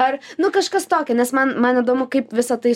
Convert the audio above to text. ar nu kažkas tokio nes man man įdomu kaip visa tai